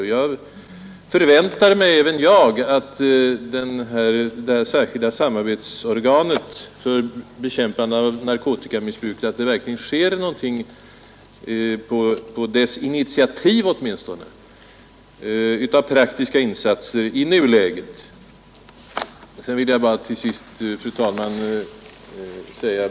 Även jag förväntar mig att det verkligen görs ytterligare praktiska insatser i nuläget mot narkotikaskadorna på initiativ av det särskilda samarbetsorganet för bekämpande av narkotikamissbruk eller på annat sätt.